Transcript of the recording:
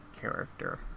character